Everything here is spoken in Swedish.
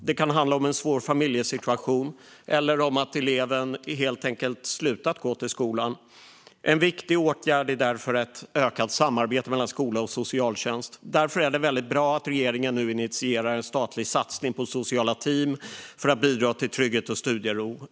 Det kan handla om en svår familjesituation eller om att eleven helt enkelt har slutat att gå till skolan. En viktig åtgärd är därför ett ökat samarbete mellan skola och socialtjänst. Därför är det väldigt bra att regeringen nu initierar en statlig satsning på sociala team för att bidra till trygghet och studiero.